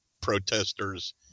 protesters